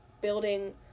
building